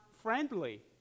friendly